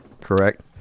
correct